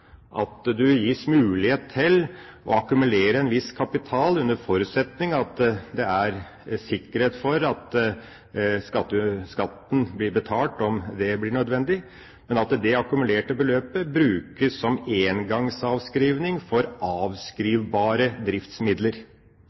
at en gis mulighet til å akkumulere en viss kapital, under forutsetning av at det er sikkerhet for at skatten blir betalt, om det blir nødvendig, men at det akkumulerte beløpet brukes som engangsavskrivning for avskrivbare driftsmidler.